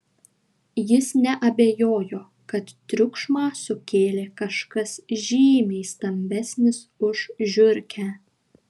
jis neabejojo kad triukšmą sukėlė kažkas žymiai stambesnis už žiurkę